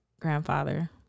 grandfather